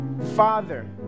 father